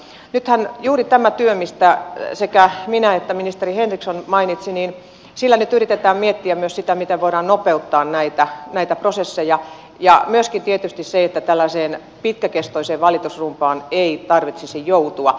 nythän juuri tällä työllä mistä sekä minä että ministeri henriksson mainitsimme yritetään miettiä myös sitä miten voidaan nopeuttaa näitä prosesseja ja siitähän pitää tietysti lähteä että tällaiseen pitkäkestoiseen valitusrumbaan ei tarvitsisi joutua